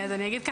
אז אני אגיד